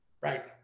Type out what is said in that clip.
Right